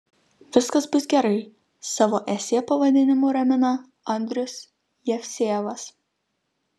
viskas bus gerai savo esė pavadinimu ramina andrius jevsejevas